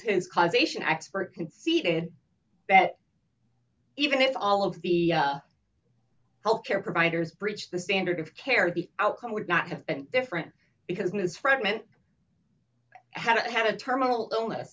his causation expert conceded that even if all of the health care providers breached the standard of care the outcome would not have been different because ms fragment had had a terminal illness